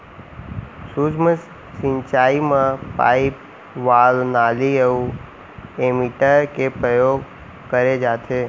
सूक्ष्म सिंचई म पाइप, वाल्व, नाली अउ एमीटर के परयोग करे जाथे